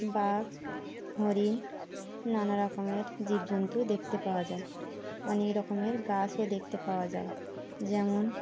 বাঘ হরিণ নানা রকমের জীব জন্তু দেখতে পাওয়া যায় অনেক রকমের গাছও দেখতে পাওয়া যায় যেমন